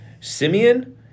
Simeon